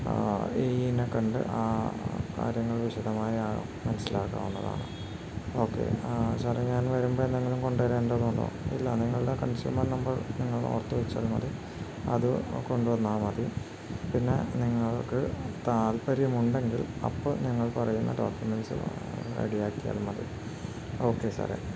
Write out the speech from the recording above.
A ഇനെക്കണ്ട് ആ കാര്യങ്ങൾ വിശദമായി മനസ്സിലാക്കാവുന്നതാണ് ഓക്കെ സാറേ ഞാൻ വരുമ്പോൾ എന്തെങ്കിലും കൊണ്ടുവരേണ്ടതുണ്ടോ ഇല്ല നിങ്ങളുടെ കൺസ്യൂമർ നമ്പർ നിങ്ങൾ ഓർത്തു വെച്ചാൽ മതി അത് കൊണ്ടു വന്നാൽ മതി പിന്നെ നിങ്ങൾക്ക് താൽപര്യമുണ്ടെങ്കിൽ അപ്പോൾ ഞങ്ങൾ പറയുന്ന ഡോക്യമെൻസ് റെഡിയാക്കിയാൽ മതി ഓക്കെ സാറേ